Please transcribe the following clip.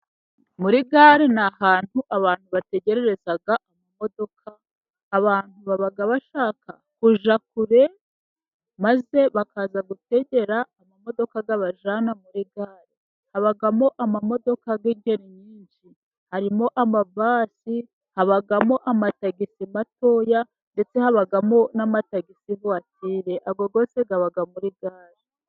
Muri gare ni ahantu abantu bategereza amamodoka. Abantu baba bashaka kujya kure maze bakaza gutegera amamodoka abajyana muri gare. Habamo amamodoka y'amoko menshi: Harimo amabisi, habamo amatagisi matoya, ndetse habamo n'amatagisi vuwatire. Ayo yose aba muri gare.